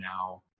now